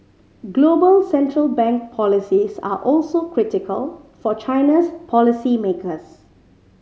global central bank policies are also critical for China's policy makers